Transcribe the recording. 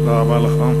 תודה רבה לך.